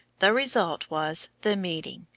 the result was the meeting,